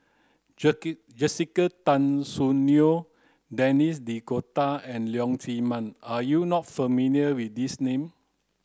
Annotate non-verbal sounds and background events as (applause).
(unintelligible) Jessica Tan Soon Neo Denis D'Cotta and Leong Chee Mun are you not familiar with these name